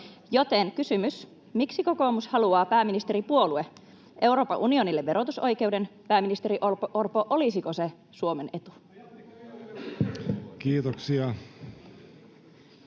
Joten kysymys: Miksi kokoomus, pääministeripuolue, haluaa Euroopan unionille verotusoikeuden? Pääministeri Orpo, olisiko se Suomen etu? [Antti